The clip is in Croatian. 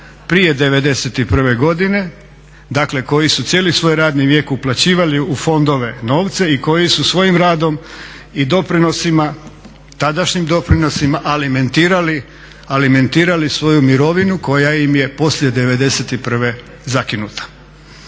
prije '91. godine, dakle koji su cijeli svoj radni vijek uplaćivali u fondove novce i koji su svojim radom i doprinosima, tadašnjim doprinosima alimentirali svoju mirovinu koja im je poslije '91. zakinuta.